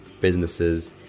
businesses